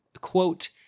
quote